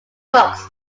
books